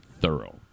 thorough